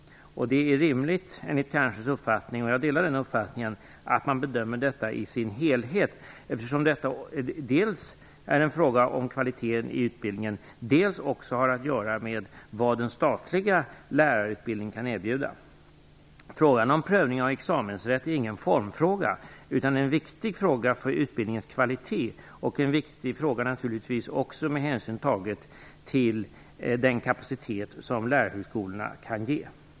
Det är enligt kanslerns uppfattning, och jag delar denna, rimligt att man bedömer detta i dess helhet. Det är ju dels fråga om kvaliteten i utbildningen, dels fråga om vad den statliga lärarutbildningen kan erbjuda. Frågan om prövning av examensrätt är inte en formfråga utan en viktig fråga för utbildningens kvalitet och naturligtvis också en viktig fråga med hänsyn tagen till den kapacitet som lärarhögskolorna kan ge.